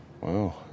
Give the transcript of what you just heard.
Wow